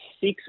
six